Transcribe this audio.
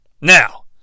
Now